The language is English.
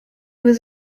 was